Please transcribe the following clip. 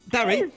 Barry